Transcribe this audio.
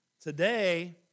Today